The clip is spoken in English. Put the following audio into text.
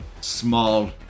small